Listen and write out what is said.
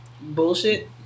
bullshit